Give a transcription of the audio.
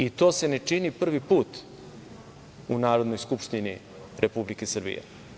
I, to se ne čini prvi put u Narodnoj skupštini Republike Srbije.